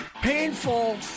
painful